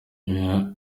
oya